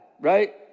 right